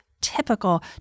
typical